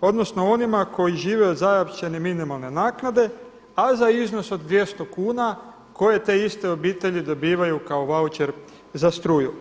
odnosno onima koji žive od zajamčene minimalne naknade, a za iznos od 200 kuna koje te iste obitelji dobivaju kao vaučer za struju?